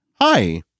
hi